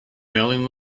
mailing